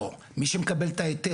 לא, מי שמקבל את ההיתר.